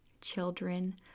children